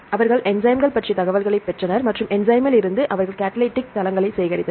அவர்கள் என்சைம்கள் பற்றிய தகவல்களைப் பெற்றனர் மற்றும் என்சைம்மிலிருந்து அவர்கள் கடலிடிக் தளங்களை சேகரித்தனர்